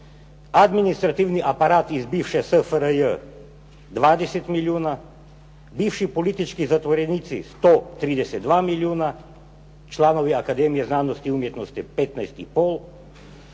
administrativni aparat iz bivše SFRJ 20 milijuna, bivši politički zatvorenici 132 milijuna, članovi Akademije znanosti i umjetnosti 15 i pol,